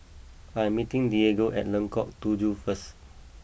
I am meeting Diego at Lengkong Tujuh first